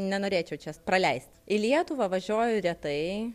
nenorėčiau čia jos praleist į lietuvą važiuoju retai